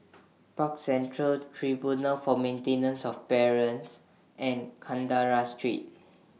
Park Central Tribunal For Maintenance of Parents and Kandahar Street